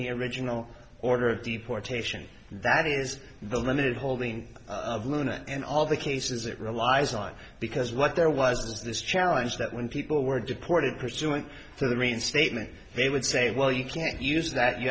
the original order of deportation that is the limited holding of luna and all the cases it relies on because what there was this challenge that when people were deported pursuing for the reinstatement they would say well you can't use that you